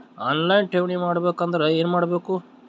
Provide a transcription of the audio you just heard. On line ಠೇವಣಿ ಮಾಡಬೇಕು ಅಂದರ ಏನ ಮಾಡಬೇಕು?